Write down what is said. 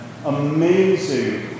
amazing